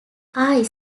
are